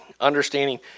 understanding